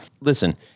listen